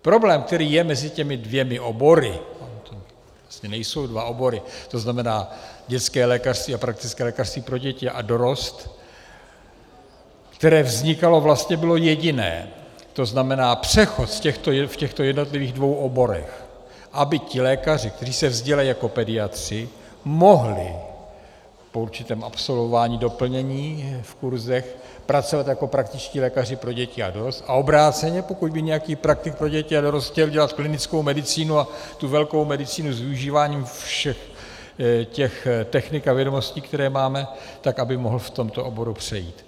Problém, který je mezi těmi dvěma obory, to vlastně nejsou dva obory, to znamená dětské lékařství a praktické lékařství pro děti a dorost, které vznikalo, vlastně bylo jediné, to znamená přechod v těchto jednotlivých dvou oborech, aby ti lékaři, kteří se vzdělají jako pediatři, mohli po určitém absolvování doplnění v kurzech pracovat jako praktičtí lékaři pro děti a dorost, a obráceně, pokud by nějaký praktik pro děti a dorost chtěl dělat klinickou medicínu a tu velkou medicínu s využíváním všech těch technik a vědomostí, které máme, tak aby mohl v tomto oboru přejít.